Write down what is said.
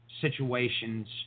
situations